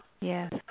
Yes